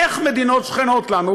איך מדינות שכנות לנו,